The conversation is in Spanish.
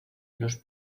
los